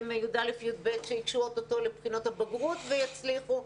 ושכיתות י"א-י"ב ייגשו תיכף לבחינות הבגרות ויצליחו.